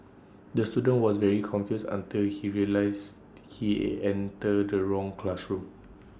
the student was very confused until he realised he entered the wrong classroom